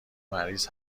مریض